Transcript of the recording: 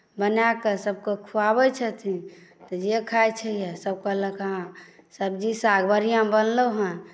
बना कऽ सभकेँ खुआबैत छथिन तऽ जे खाइत छै यए सभ कहलक हेँ सब्जी साग बढ़िआँ बनलहु हेँ